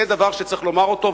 זה דבר שצריך לומר אותו,